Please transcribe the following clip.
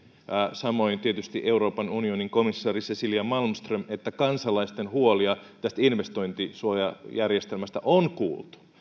samoin tietysti euroopan unionin komissaari cecilia malmström että kansalaisten huolia tästä investointisuojajärjestelmästä on kuultu